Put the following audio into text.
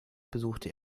besuchte